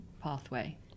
pathway